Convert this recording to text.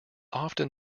often